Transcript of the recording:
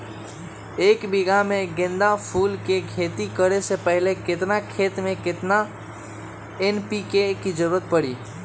एक बीघा में गेंदा फूल के खेती करे से पहले केतना खेत में केतना एन.पी.के के जरूरत परी?